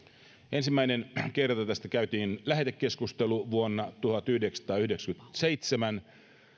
ensimmäisen kerran tästä käytiin lähetekeskustelu vuonna tuhatyhdeksänsataayhdeksänkymmentäseitsemän